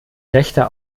rechter